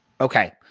Okay